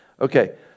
Okay